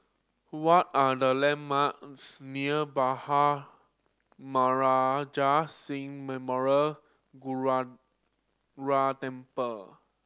what are the landmarks near Bhai Maharaj Singh Temple